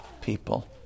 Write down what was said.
people